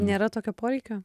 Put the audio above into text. nėra tokio poreikio